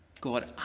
God